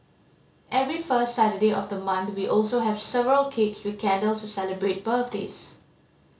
every first Saturday of the month we also have several cakes with candles to celebrate birthdays